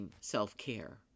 self-care